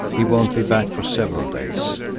he won't be back for several days.